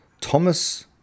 Thomas